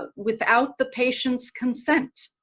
but without the patient's consent.